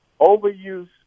Overuse